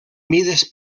mides